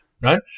right